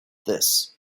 this